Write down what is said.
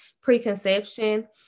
preconception